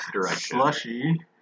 Slushy